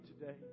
today